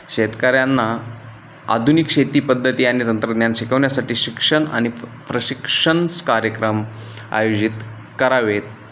शेतकऱ्यांना आधुनिक शेती पद्धती आणि तंत्रज्ञान शिकवण्यासाठी शिक्षण आणि प्र प्रशिक्षण कार्यक्रम आयोजित करावे